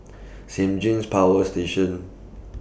Saint James Power Station